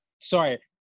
sorry